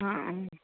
ആ ആ